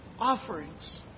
offerings